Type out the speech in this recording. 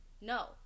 no